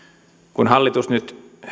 kun hallitus nyt